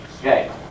Okay